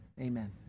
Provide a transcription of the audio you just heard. Amen